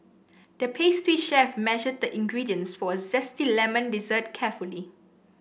the pastry chef measured the ingredients for a zesty lemon dessert carefully